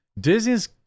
Disney's